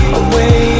away